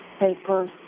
papers